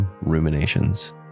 Ruminations